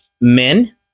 Men